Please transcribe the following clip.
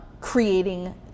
creating